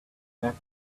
back